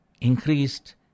increased